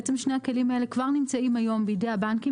בעצם שני הכלים האלה כבר נמצאים היום בידי הבנקים